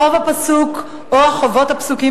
החוב הפסוק או החובות הפסוקים,